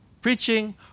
Preaching